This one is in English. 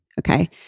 Okay